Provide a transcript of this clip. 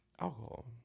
alcohol